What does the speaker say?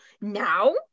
now